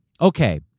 Okay